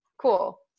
Cool